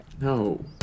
No